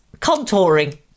contouring